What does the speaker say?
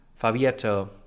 Fabietto